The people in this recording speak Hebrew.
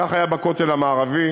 וכך היה בכותל המערבי,